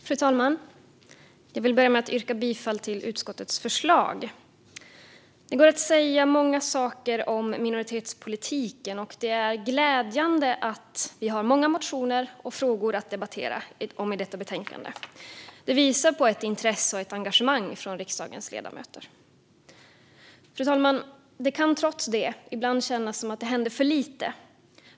Fru talman! Jag vill börja med att yrka bifall till utskottets förslag. Det går att säga många saker om minoritetspolitiken, och det är glädjande att vi har många motioner och frågor i detta betänkande att debattera. Det visar på ett intresse och ett engagemang från riksdagens ledamöter. Fru talman! Det kan trots det ibland kännas som att det händer för lite.